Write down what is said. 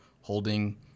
holding